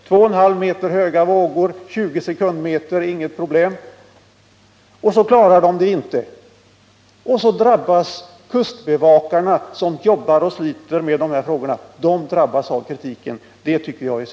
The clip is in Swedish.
Två och en halv meter höga vågor, 20 sekundmeter, inget problem — och så klarar de det inte och så drabbas kustbevakarna, som jobbar och sliter med dessa frågor, av kritiken. Det tycker jag är synd.